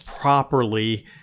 properly